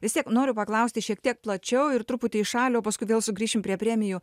vis tiek noriu paklausti šiek tiek plačiau ir truputį į šalį o paskui vėl sugrįšim prie premijų